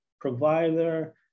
provider